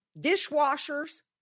Dishwashers